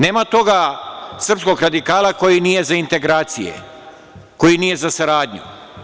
Nema tog srpskog radikala koji nije za integracije, koji nije za saradnju.